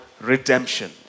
redemption